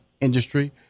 industry